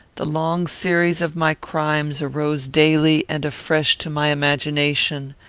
the long series of my crimes arose daily and afresh to my imagination.